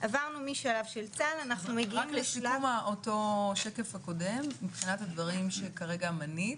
רק לסיכום השקף הקודם מבחינת הדברים שכרגע מנית.